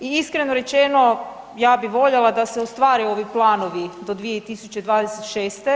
I iskreno rečeno, ja bih voljela da se ostvare ovi planovi do 2026.